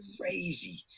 crazy